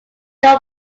joe